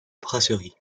brasserie